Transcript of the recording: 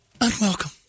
Unwelcome